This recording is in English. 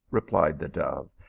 replied the dove,